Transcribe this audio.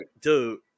Dude